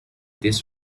this